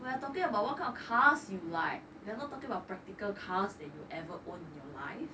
we are talking about what kind of cars you like we're not talking about practical cars than you ever own in your life